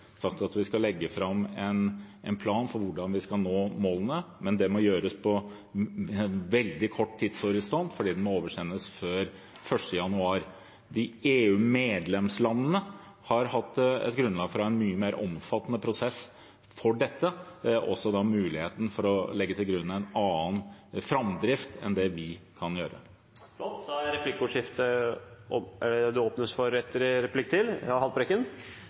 sagt at vi skal legge fram en plan for hvordan vi skal nå målene. Det må gjøres i en veldig kort tidshorisont fordi den må oversendes før 1. januar. EU-medlemslandene har hatt grunnlag for å ha en mye mer omfattende prosess for dette, og også mulighet til å legge til grunn en annen framdrift enn det vi kan gjøre. Mitt spørsmål til statsråden er da hvorvidt han har undersøkt med EU om muligheten for